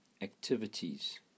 activities